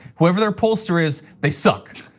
whoever their pollster is, they suck.